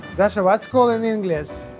dasha, what's called in english? a